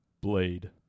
Blade